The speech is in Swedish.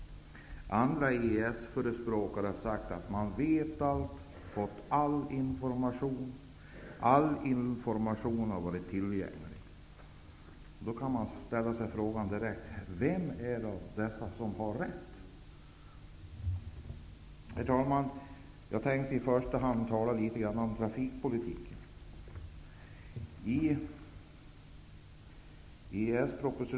Andra EES-förespråkare har sagt att man vet allt och att all information har varit tillgänglig. Man frågar sig: Vem har rätt? Herr talman! Jag vill först tala litet om trafikpolitiken.